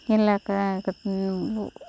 இல்லை க கட் கு